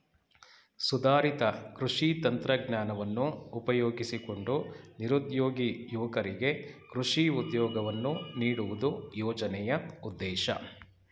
ಸುಧಾರಿತ ಕೃಷಿ ತಂತ್ರಜ್ಞಾನವನ್ನು ಉಪಯೋಗಿಸಿಕೊಂಡು ನಿರುದ್ಯೋಗಿ ಯುವಕರಿಗೆ ಕೃಷಿ ಉದ್ಯೋಗವನ್ನು ನೀಡುವುದು ಯೋಜನೆಯ ಉದ್ದೇಶ